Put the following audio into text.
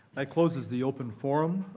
that closes the open forum.